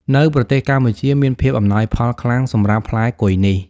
នៅប្រទេសកម្ពុជាមានភាពអំណោយផលខ្លាំង សម្រាប់ផ្លែគុយនេះ។